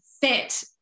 fit